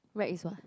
right is what